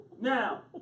Now